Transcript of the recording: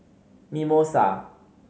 mimosa